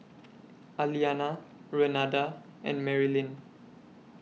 Aliana Renada and Marylin